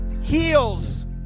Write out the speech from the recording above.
heals